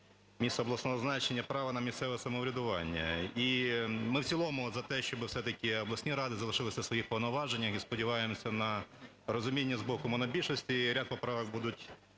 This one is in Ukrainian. міст обласного значення права на місцеве самоврядування. І ми в цілому за те, щоб все-таки обласні ради залишилися у своїх повноваженнях, і сподіваємося на розуміння з боку монобільшості, і ряд поправок будуть потім,